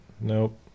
Nope